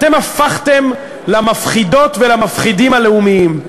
אתם הפכתם למפחידות ולמפחידים הלאומיים.